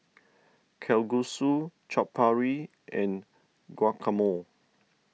Kalguksu Chaat Papri and Guacamole